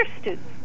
students